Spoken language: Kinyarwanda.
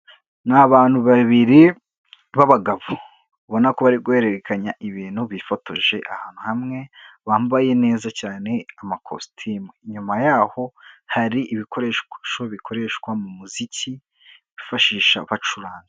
Ni abantu babiri b'abagabo ubona ko bari guhererekanya ibintu bifotoje ahantu hamwe bambaye neza cyane amakositimu, inyuma yaho hari ibikoresho bikoreshwa mu muziki bifashisha bacuranga.